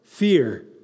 fear